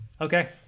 Okay